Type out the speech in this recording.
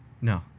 No